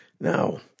Now